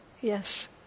yes